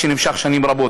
שנמשך שנים רבות.